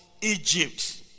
Egypt